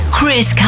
Chris